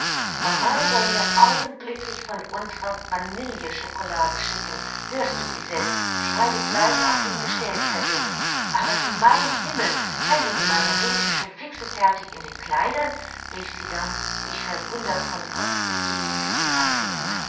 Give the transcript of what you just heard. mama soll mir augenblicklich von unserer vanillechocolade schicken hörst du lisette schreib es gleich auf den bestellzettel aber du mein himmel heilige margarethe schon fix und fertig in den kleidern rief sie dann mich verwundert vom kopf bis zu den füßen anblickend